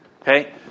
Okay